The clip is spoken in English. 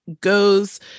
goes